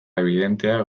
ebidenteak